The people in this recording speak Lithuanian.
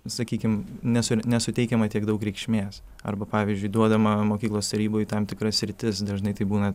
sakykim nesur nesuteikiama tiek daug reikšmės arba pavyzdžiui duodama mokyklos taryboj tam tikra sritis dažnai tai būna